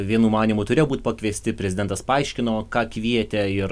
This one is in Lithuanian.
vienų manymu turėjo būt pakviesti prezidentas paaiškino ką kvietė ir